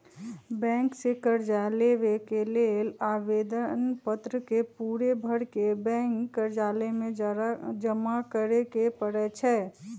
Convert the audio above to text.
bank से कर्जा लेबे के लेल आवेदन पत्र के पूरे भरके बैंक कर्जालय में जमा करे के परै छै